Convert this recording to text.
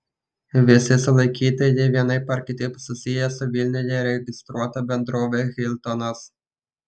visi sulaikytieji vienaip ar kitaip susiję su vilniuje registruota bendrove hiltonas